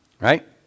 right